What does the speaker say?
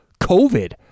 COVID